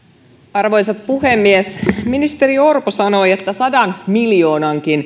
arvoisa puhemies ministeri orpo sanoi että sadankin miljoonan